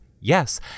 Yes